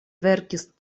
verkis